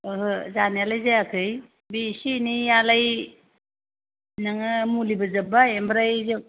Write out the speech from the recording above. ओहो जानायालाय जायाखै बे इसे एनैयालाय नोङो मुलिबो जोब्बाय ओमफ्राय